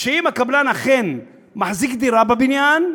אם הקבלן אכן מחזיק דירה בבניין,